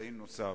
שלו.